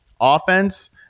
offense